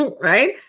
right